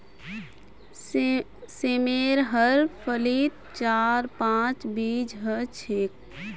सेमेर हर फलीत चार पांच बीज ह छेक